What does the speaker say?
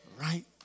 right